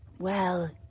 well,